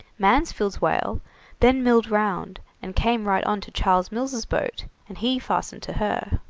mansfield's whale then milled round and came right on to charles mills' boat, and he fastened to her.